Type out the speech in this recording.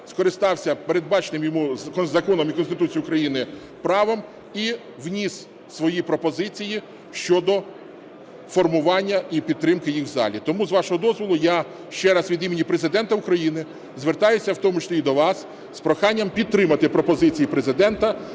скористався передбаченим йому законом і Конституцією України правом, і вніс свої пропозиції щодо формування і підтримки їх в залі. Тому, з вашого дозволу, я ще раз від імені Президента України звертаюся в тому числі і до вас з проханням підтримати пропозиції Президента